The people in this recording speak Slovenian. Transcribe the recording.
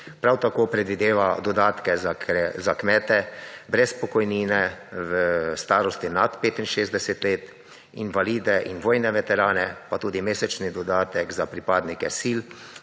Prav tako predvideva dodatke za kmete brez pokojnine v starosti nad 65 let, invalide in vojne veterane, pa tudi mesečni dodatek za pripadnike sil